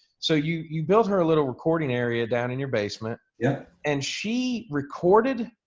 so you you build her a little recording area down in your basement. yeah. and she recorded,